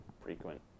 frequent